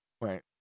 Right